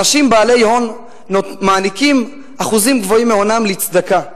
אנשים בעלי הון מעניקים אחוזים גבוהים מהונם לצדקה.